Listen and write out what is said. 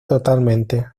totalmente